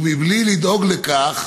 ובלי לדאוג לכך